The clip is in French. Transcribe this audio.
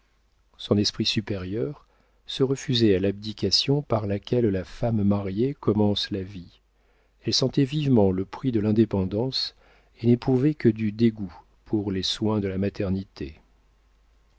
son esprit supérieur se refusait à l'abdication par laquelle la femme mariée commence la vie elle sentait vivement le prix de l'indépendance et n'éprouvait que du dégoût pour les soins de la maternité